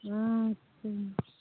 ह्म्म ह्म्म